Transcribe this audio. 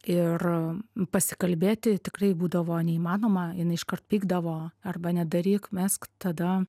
ir pasikalbėti tikrai būdavo neįmanoma jinai iškart pykdavo arba nedaryk mesk tada